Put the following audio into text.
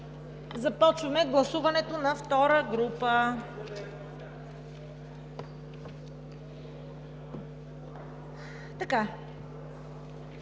Започваме гласуването на втора група.